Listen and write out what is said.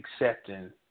accepting